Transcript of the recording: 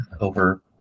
over